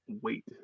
wait